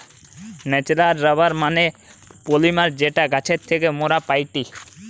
natural rubber মানে polymer যেটা গাছের থেকে মোরা পাইটি